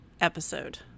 episode